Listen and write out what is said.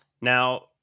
Now